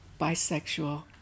bisexual